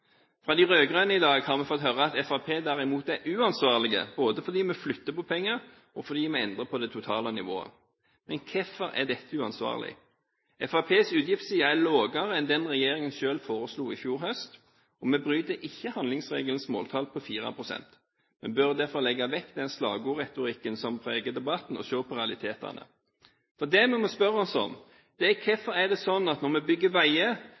Fra de rød-grønne i dag har vi fått høre at Fremskrittspartiet derimot er uansvarlige, både fordi vi flytter på penger, og fordi vi endrer på det totale nivået. Men hvorfor er dette uansvarlig? Fremskrittspartiets utgiftsside er lavere enn det regjeringen selv foreslo i fjor høst, og vi bryter ikke handlingsregelens måltall på 4 pst. Vi bør derfor legge vekk den slagordretorikken som preger debatten, og se på realitetene. Det vi må spørre oss om, er: Hvorfor er det sånn at når vi bygger veier